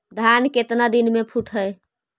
धान केतना दिन में फुट है?